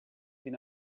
been